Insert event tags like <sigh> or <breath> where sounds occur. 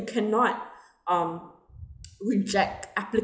you cannot <breath> um <noise> reject appli~